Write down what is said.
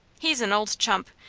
he's an old chump!